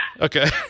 Okay